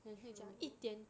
that's true